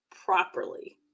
properly